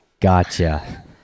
Gotcha